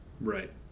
Right